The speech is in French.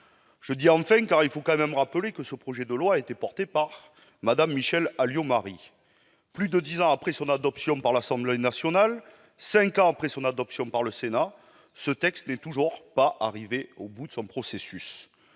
Je dis « enfin », car il faut quand même rappeler que ce projet de loi a été porté par Mme Michèle Alliot-Marie. Plus de dix ans après son adoption par l'Assemblée nationale et cinq ans après son adoption par le Sénat, ce texte n'est toujours pas arrivé au bout de son processus.